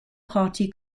party